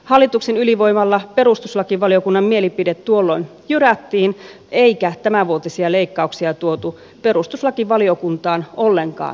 hallituksen ylivoimalla perustuslakivaliokunnan mielipide tuolloin jyrättiin eikä tämänvuotisia leikkauksia tuotu perustuslakivaliokuntaan ollenkaan käsiteltäväksi